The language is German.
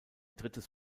drittes